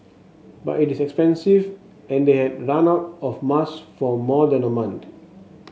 but it is expensive and they had run out of mask for more than a month